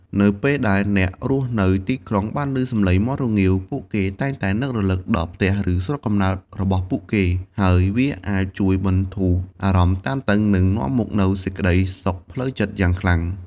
នៅពេលដែលអ្នករស់នៅទីក្រុងបានឮសំឡេងមាន់រងាវ ពួកគេតែងតែនឹករលឹកដល់ផ្ទះ ឬស្រុកកំណើតរបស់ពួកគេ ហើយវាអាចជួយបន្ធូរអារម្មណ៍តានតឹង និងនាំមកនូវសេចក្តីសុខផ្លូវចិត្តយ៉ាងខ្លាំង។